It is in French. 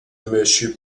monsieur